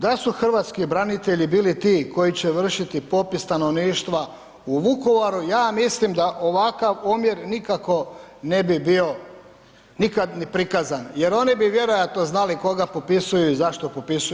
Da su Hrvatski branitelji bili ti koji će vršiti popis stanovništva u Vukovaru ja mislim da ovakav omjer nikako ne bi bio nikad ni prikazan jer oni bi vjerojatno znali koga popisuju i zašto popisuju.